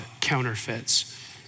counterfeits